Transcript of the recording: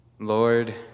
Lord